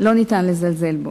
לא ניתן לזלזל בו.